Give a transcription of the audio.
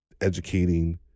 educating